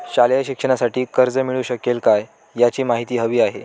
शालेय शिक्षणासाठी कर्ज मिळू शकेल काय? याची माहिती हवी आहे